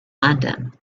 london